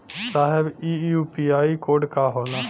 साहब इ UPI code का होला?